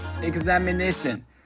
examination